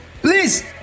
Please